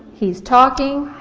he's talking,